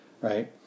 Right